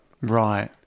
Right